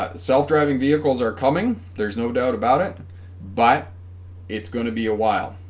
ah self-driving vehicles are coming there's no doubt about it but it's going to be a while